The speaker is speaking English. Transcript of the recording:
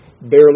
barely